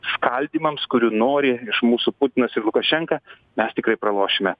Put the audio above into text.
škaldymams kurių nori iš mūsų putinas ir lukašenka mes tikrai pralošime